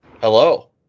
Hello